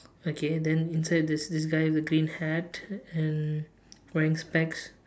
okay then inside there is this guy with a green hat and wearing specs